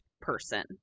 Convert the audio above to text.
person